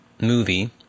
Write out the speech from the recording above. movie